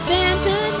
Santa